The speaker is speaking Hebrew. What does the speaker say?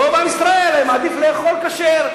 רוב עם ישראל היה מעדיף לאכול כשר.